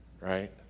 right